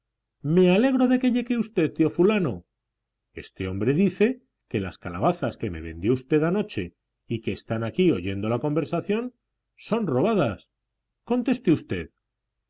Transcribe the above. me alegro de que llegue usted tío fulano este hombre dice que las calabazas que me vendió usted anoche y que están aquí oyendo la conversación son robadas conteste usted